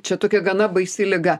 čia tokia gana baisi liga